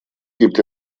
gibt